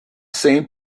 same